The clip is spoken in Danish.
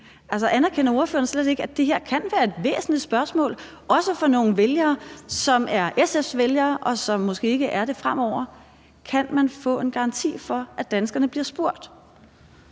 anerkender ordføreren slet ikke, at det her kan være et væsentligt spørgsmål, også for nogle vælgere, som er SF's vælgere, og som måske ikke er det fremover? Kan man få en garanti for, at danskerne bliver spurgt?